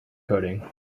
coding